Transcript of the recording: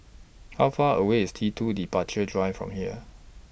How Far away IS T two Departure Drive from here